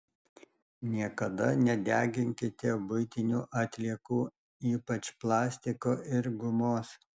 niekada nedeginkite buitinių atliekų ypač plastiko ir gumos